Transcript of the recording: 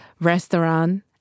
restaurant